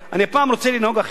אני הפעם רוצה לנהוג אחרת,